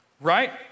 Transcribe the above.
right